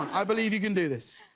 i believe you can do this.